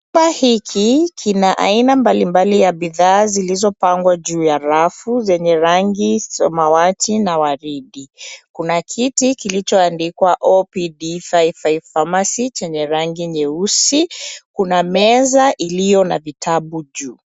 Chumba hiki kina aina mbalimbali ya bidhaa zilizo pangwa juu ya rafu zenye rangi samawati na waridi. Kuna kiti kilicho andikwa[cs ] OPD555 pharmacy[cs ] chenye rangi nyeusi. Kuna meza iliyo na vitabu juu.